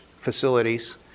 facilities